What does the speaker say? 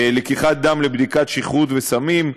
לקיחת דם לבדיקת שכרות וסמים,